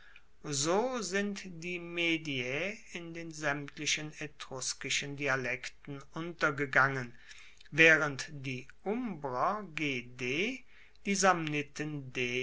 so sind die mediae in den saemtlichen etruskischen dialekten untergegangen waehrend die umbrer d die